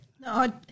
No